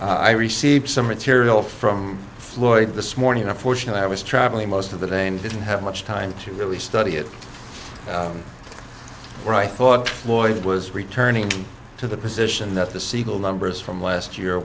night i received some material from floyd this morning a fortune i was traveling most of the day and didn't have much time to really study it right thought floyd was returning to the position that the siegle numbers from last year